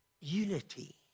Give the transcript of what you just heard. unity